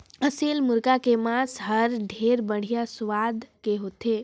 असेल मुरगा के मांस हर ढेरे बड़िहा सुवाद के होथे